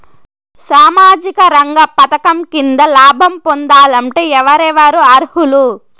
సామాజిక రంగ పథకం కింద లాభం పొందాలంటే ఎవరెవరు అర్హులు?